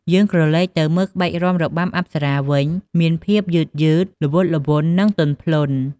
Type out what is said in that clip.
យើងក្រឡេកទៅមើល ក្បាច់រាំរបាំអប្សរាវិញ មានភាព យឺតៗ ល្វត់ល្វន់ និង ទន់ភ្លន់។